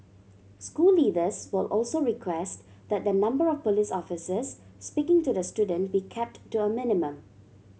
school leaders will also request that the number of police officers speaking to the student be kept to a minimum